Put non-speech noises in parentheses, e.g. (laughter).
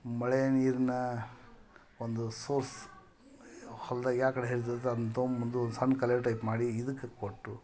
ಮಳೆಯ ನೀರಿನ ಒಂದು ಸೋರ್ಸ್ ಹೊಲ್ದಾ್ಗೆ ಯಾ ಕಡೆ ಹರಿತೈತೆ ಅದನ್ನು ತೊಗಂಬಂದು ಒಂದು ಸಣ್ಣ (unintelligible) ಟೈಪ್ ಮಾಡಿ ಇದಕ್ಕೆ ಕೊಟ್ಟು